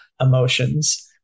emotions